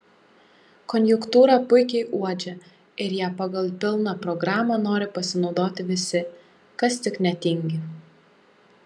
konjunktūrą puikiai uodžia ir ja pagal pilną programą nori pasinaudoti visi kas tik netingi